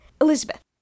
Elizabeth